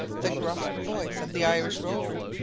the gruff voice of the irish rower,